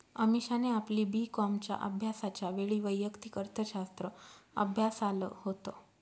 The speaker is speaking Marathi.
अमीषाने आपली बी कॉमच्या अभ्यासाच्या वेळी वैयक्तिक अर्थशास्त्र अभ्यासाल होत